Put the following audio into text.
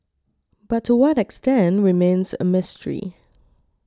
but to what extent remains a mystery